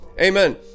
amen